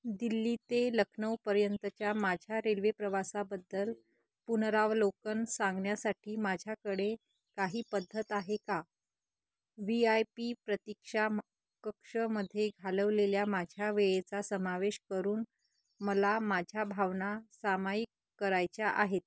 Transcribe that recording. दिल्ली ते लखनौपर्यंतच्या माझ्या रेल्वे प्रवासाबद्दल पुनरावलोकन सांगण्यासाठी माझ्याकडे काही पद्धत आहे का व्ही आय पी प्रतिक्षा म कक्षामध्ये घालवलेल्या माझ्या वेळेचा समावेश करून मला माझ्या भावना सामाईक करायच्या आहेत